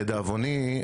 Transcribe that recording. לדאבוני,